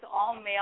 all-male